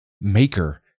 maker